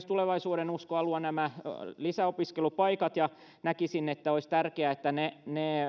tulevaisuudenuskoa luovat myös lisäopiskelupaikat ja näkisin että olisi tärkeää että ne